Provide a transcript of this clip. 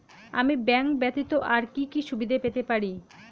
আমি ব্যাংক ব্যথিত আর কি কি সুবিধে পেতে পারি?